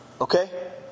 Okay